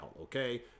okay